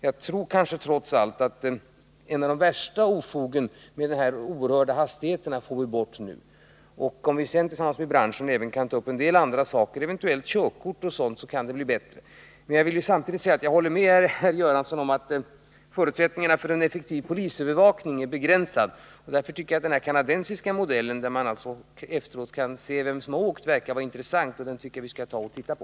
Jag tror att vi kanske trots allt kommer till rätta med de värsta ofogen, om vi får bort de oerhörda hastigheterna, och om vi sedan tillsammans med skoterbranschen kan ta upp en del andra saker, såsom frågan om körkort, kan det bli ännu bättre. Jag vill dock samtidigt säga att jag håller med herr Göransson om att förutsättningarna för en effektiv polisövervakning är begränsade. Därför tycker jag att den kanadensiska modellen — där man alltså efteråt kan se vem som har åkt med skotern — verkar vara intressant. Den tycker jag att vi skall se närmare på.